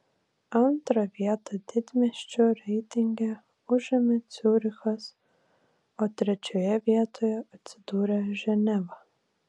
antrą vietą didmiesčių reitinge užėmė ciurichas o trečioje vietoje atsidūrė ženeva